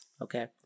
Okay